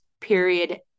period